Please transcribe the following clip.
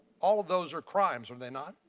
all of those are crimes, are they not?